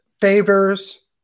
favors